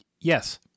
yes